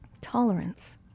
tolerance